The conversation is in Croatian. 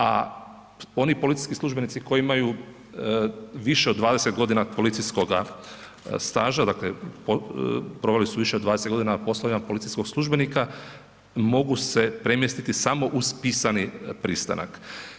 A oni policijski službenici koji imaju više od 20 g. policijskoga staža, dakle proveli su više od 20 g. na poslovima policijskog službenika, mogu se premjestiti samo uz pisani pristanak.